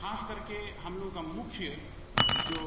खास करके हम लोग का मुख्य जो